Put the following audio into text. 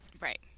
Right